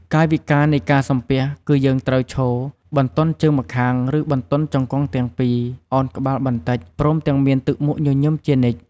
កាយវិការនៃការសំពះ គឺយើងត្រូវឈរ បន្ទន់ជើងម្ខាងឬបន្ទន់ជង្គង់ទាំងពីរ ឱនក្បាលបន្តិច ព្រមទាំងមានទឹកមុខញញឹមជានិច្ច។